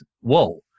whoa